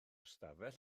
ystafell